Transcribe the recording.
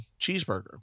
cheeseburger